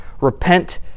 Repent